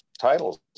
titles